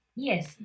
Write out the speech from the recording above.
Yes